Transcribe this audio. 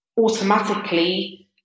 automatically